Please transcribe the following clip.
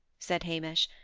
said hamish.